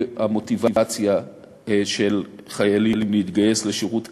המוטיבציה של חיילים להתגייס לשירות קרבי.